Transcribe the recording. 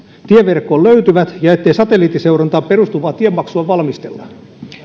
tieverkkoon löytyvät ja ettei satelliittiseurantaan perustuvaa tiemaksua valmistella